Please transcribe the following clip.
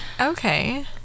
okay